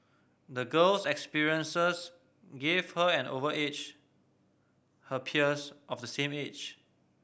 the girl's experiences gave her an over edge her peers of the same age